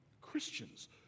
Christians